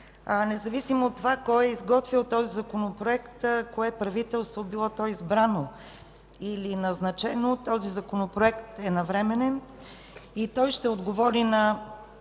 Независимо от това кой е изготвил този законопроект, кое правителство – било то избрано или назначено, този законопроект е навременен и той ще отговори на